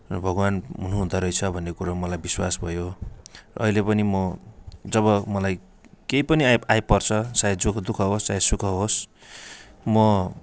भगवान् हुनुहुँदो रहेस भन्ने कुरो मलाई विश्वास भयो अहिले पनि म जब मलाई केही पनि आइपर्छ चाहे दुःख होस् चाहे सुख होस् म